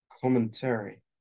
commentary